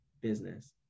business